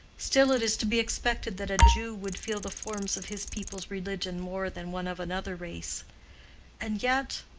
still it is to be expected that a jew would feel the forms of his people's religion more than one of another race and yet